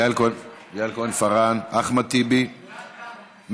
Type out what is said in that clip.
יעל כהן-פארן, אחמד טיבי, מאיר,